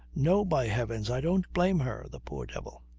no! by heavens, i don't blame her the poor devil.